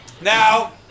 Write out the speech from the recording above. Now